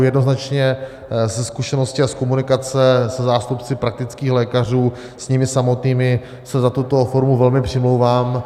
Jednoznačně ze zkušeností a z komunikace se zástupci praktických lékařů, s nimi samotnými, se za tuto formu velmi přimlouvám.